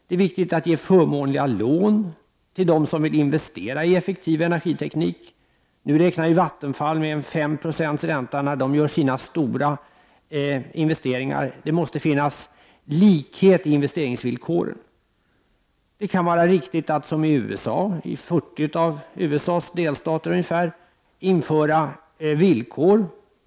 Det är viktigt att ge förmånliga lån till dem som vill investera i effektiv energiteknik. Nu räknar Vattenfall med 5 96 ränta när man gör sina stora investeringar. Det måste finnas likhet i investeringsvillkoren. Det kan vara riktigt att, som man har gjort i 40 av USA:s delstater, införa villkor.